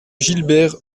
gilbert